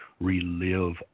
relive